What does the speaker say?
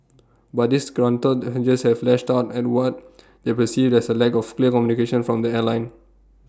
but disgruntled passengers have lashed out at what they perceived as A lack of clear communication from the airline